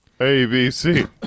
ABC